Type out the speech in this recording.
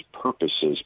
purposes